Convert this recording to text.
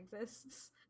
exists